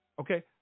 okay